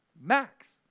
max